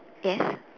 yes